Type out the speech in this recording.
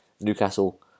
Newcastle